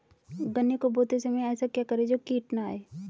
गन्ने को बोते समय ऐसा क्या करें जो कीट न आयें?